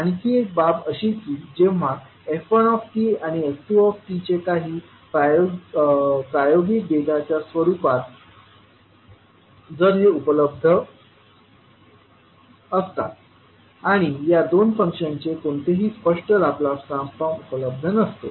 आणखी एक बाब अशी आहे की जेव्हा f1 आणि f2 हे काही प्रायोगिक डेटाच्या स्वरूपात उपलब्ध असतात आणि या दोन फंक्शन्सचे कोणतेही स्पष्ट लाप्लास ट्रान्सफॉर्म उपलब्ध नसते